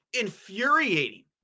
Infuriating